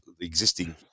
existing